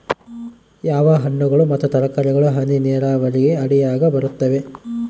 ಯಾವ ಹಣ್ಣುಗಳು ಮತ್ತು ತರಕಾರಿಗಳು ಹನಿ ನೇರಾವರಿ ಅಡಿಯಾಗ ಬರುತ್ತವೆ?